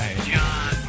John